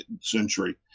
century